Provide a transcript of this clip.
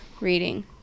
reading